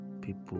people